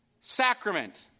sacrament